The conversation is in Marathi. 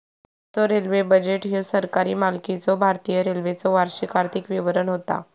भारताचो रेल्वे बजेट ह्यो सरकारी मालकीच्यो भारतीय रेल्वेचो वार्षिक आर्थिक विवरण होता